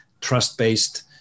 trust-based